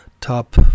top